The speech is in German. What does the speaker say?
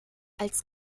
als